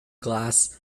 glass